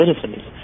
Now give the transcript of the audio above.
citizens